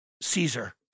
Caesar